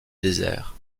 désert